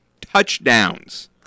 touchdowns